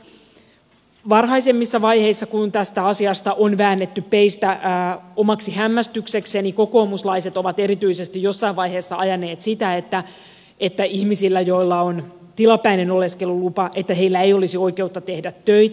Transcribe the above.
kun varhaisemmissa vaiheissa tästä asiasta on väännetty peistä omaksi hämmästyksekseni kokoomuslaiset ovat erityisesti jossain vaiheessa ajaneet sitä että ihmisillä joilla on tilapäinen oleskelulupa ei olisi oikeutta tehdä töitä